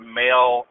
male